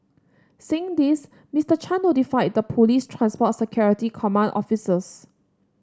seeing this Mister Chan notified the police transport security command officers